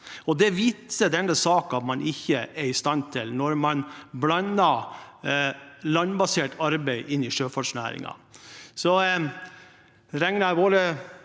Det viser denne saken at man ikke er i stand til. Man blander landbasert arbeid inn i sjøfartsnæringen.